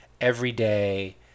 everyday